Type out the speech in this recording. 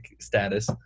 status